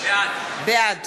בעד